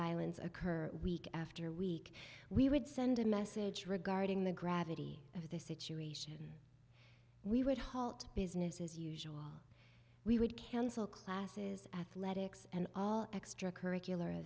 violence occur week after week we would send a message regarding the gravity of the situation we would halt business as usual we would cancel classes athletics and all extracurricular